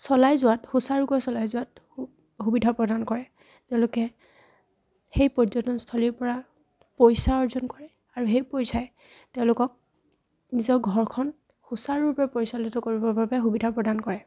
চলাই যোৱাত সুচাৰুকৈ চলাই যোৱাত সু সুবিধা প্ৰদান কৰে তেওঁলোকে সেই পৰ্যটনস্থলীৰ পৰা পইচা অৰ্জন কৰে আৰু সেই পইচাই তেওঁলোকক নিজৰ ঘৰখন সুচাৰুৰূপে পৰিচালিত কৰিবৰ বাবে সুবিধা প্ৰদান কৰে